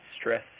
stress